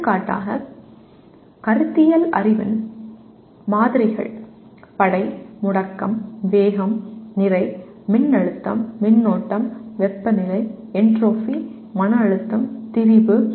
எடுத்துக்காட்டாக கருத்தியல் அறிவின் மாதிரிகள் படை முடுக்கம் வேகம் நிறை மின்னழுத்தம் மின்னோட்டம் வெப்பநிலை என்ட்ரோபி அழுத்தம் திரிபு